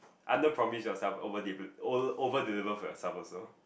underpromise yourself overdel~ overdeliver for yourself also